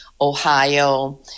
Ohio